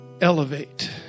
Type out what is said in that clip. Elevate